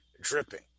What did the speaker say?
dripping